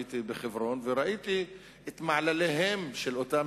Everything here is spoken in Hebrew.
הייתי בחברון וראיתי את מעלליהם של אותם